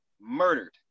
murdered